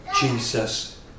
Jesus